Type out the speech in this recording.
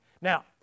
Now